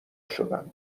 شدم